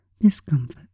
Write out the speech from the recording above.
discomfort